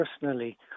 personally